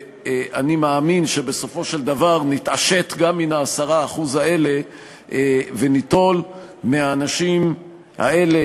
אני מאמין שבסופו של דבר נתעשת גם מן ה-10% האלה וניטול מהאנשים האלה,